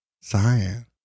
Cyan